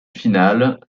finale